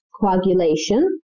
coagulation